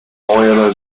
atlanta